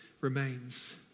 remains